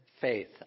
faith